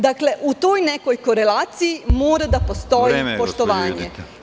Dakle, u toj nekoj koleraciji mora da postoji poštovanje.